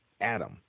Adam